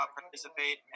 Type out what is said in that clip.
participate